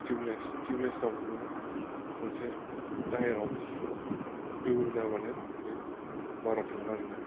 tubeless थिउबलेस आव नोङो मोनसे थायेराव ग्लु होनाहोबानो बे बारा थाङो आरो ना